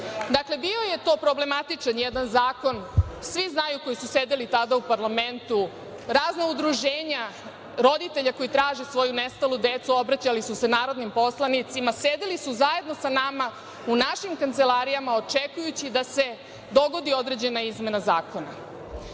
bebama. Dakle, bio je to problematičan jedan zakon. Svi znaju koji su sedeli tada u parlamentu. Razna udruženja roditelja koji traže svoju nestalu decu, obraćali su se narodnim poslanicima, sedeli su zajedno osa nama u našim kancelarijama očekujući da se dogodi određena izmena zakona. Ona